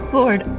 lord